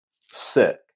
sick